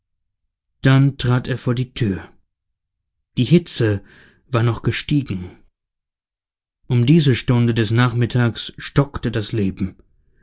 dann trat er vor die tür die hitze war noch gestiegen um diese stunde des nachmittags stockte das leben